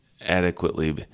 adequately